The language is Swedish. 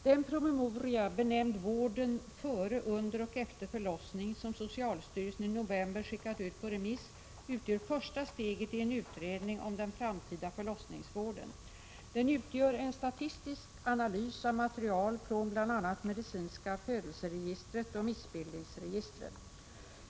Den promemoria, benämnd Vården före, under och efter förlossning, som socialstyrelsen i november skickat ut på remiss utgör första steget i en utredning om den framtida förlossningsvården. Den utgör en statistisk analys av material från bl.a. medicinska födelseregistret och missbildningsregistret.